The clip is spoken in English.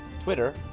Twitter